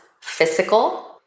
physical